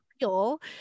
real